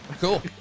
Cool